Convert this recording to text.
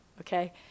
okay